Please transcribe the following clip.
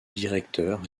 directeur